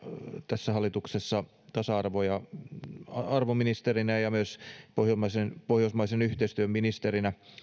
tässä hallituksessa tasa arvoministerinä ja ja myös pohjoismaisen pohjoismaisen yhteistyön ministerinä